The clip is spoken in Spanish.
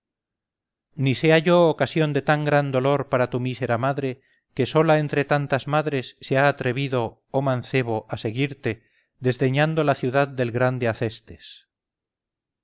ni sea yo ocasión de tan gran dolor para tu mísera madre que sola entre tantas madres se ha atrevido oh mancebo a seguirte desdeñando la ciudad del grande acestes